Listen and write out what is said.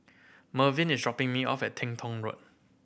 Mervin is dropping me off at Teng Tong Road